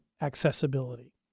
accessibility